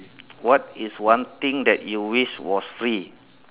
what is one thing that you wish was free